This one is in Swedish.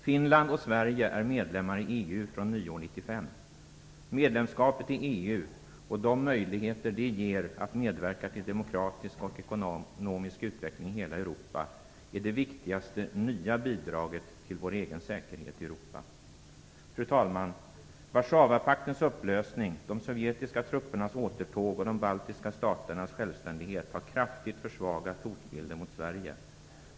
Finland och Sverige blir medlemmar i EU från nyåret 1995. Medlemskapet i EU och de möjligheter det ger att medverka till demokratisk och ekonomisk utveckling i hela Europa är det viktigaste nya bidraget till vår egen säkerhet i Europa. Fru talman! Warszawapaktens upplösning, de sovjetiska truppernas återtåg och de baltiska staternas självständighet har kraftigt försvagat hotbilden mot Sverige.